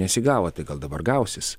nesigavo tai gal dabar gausis